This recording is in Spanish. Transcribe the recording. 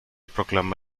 proclama